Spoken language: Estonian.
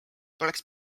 poleks